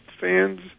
fans